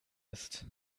ist